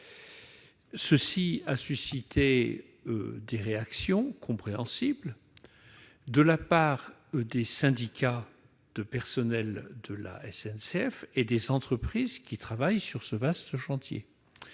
Cela a suscité des réactions compréhensibles de la part des syndicats de personnels de la SNCF, des entreprises qui travaillent sur ce vaste chantier,